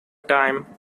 time